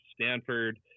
Stanford